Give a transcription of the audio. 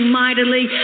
mightily